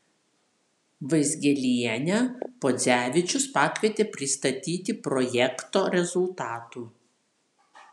vaizgielienę podzevičius pakvietė pristatyti projekto rezultatų